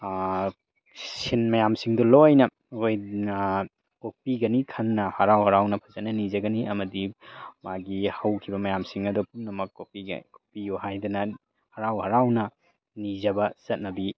ꯁꯤꯟ ꯃꯌꯥꯝꯁꯤꯡꯗꯣ ꯂꯣꯏꯅ ꯑꯩꯈꯣꯏ ꯀꯣꯛꯄꯤꯒꯅꯤ ꯈꯟꯅ ꯍꯔꯥꯎ ꯍꯔꯥꯎꯅ ꯐꯖꯅ ꯅꯤꯖꯒꯅꯤ ꯑꯃꯗꯤ ꯃꯥꯒꯤ ꯍꯧꯈꯤꯕ ꯃꯌꯥꯝꯁꯤꯡ ꯑꯗꯣ ꯄꯨꯝꯅꯃꯛ ꯀꯣꯛꯄꯤꯌꯣ ꯍꯥꯏꯗꯅ ꯍꯔꯥꯎ ꯍꯔꯥꯎꯅ ꯅꯤꯖꯕ ꯆꯠꯅꯕꯤ